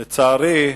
לצערי,